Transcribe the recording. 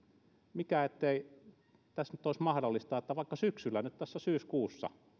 mikä ettei tässä nyt olisi mahdollista vaikka syksyllä nyt syyskuussa